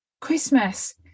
Christmas